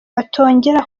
batongera